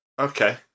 Okay